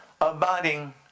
abiding